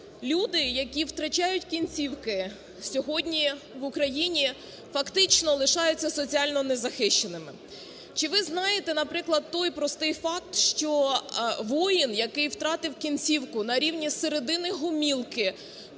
Люди, які втрачають кінцівки, сьогодні в Україні фактично лишаються соціально незахищеними. Чи ви знаєте, наприклад, той простий факт, що воїн, який втратив кінцівку на рівні середини гомілки,